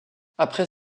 après